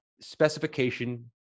specification